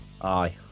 Aye